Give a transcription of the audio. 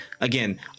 again